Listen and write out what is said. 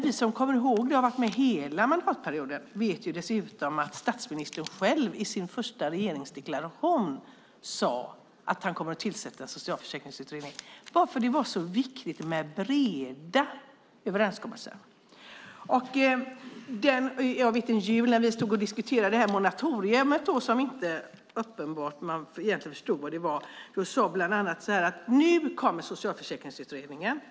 Vi som kommer ihåg det och har varit med hela mandatperioden vet dessutom att statsministern själv i sin första regeringsdeklaration sade att han skulle tillsätta en socialförsäkringsutredning eftersom det var så viktigt med breda överenskommelser. Jag vet att vi diskuterade det här moratoriet en jul, och man förstod egentligen inte vad det var. Då sade man att det skulle komma en socialförsäkringsutredning.